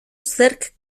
zerk